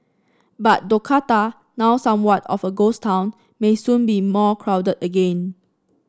but Dakota now somewhat of a ghost town may soon be more crowded again